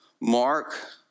Mark